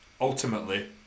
ultimately